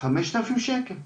חמשת אלפים שקל.